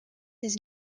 his